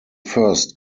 first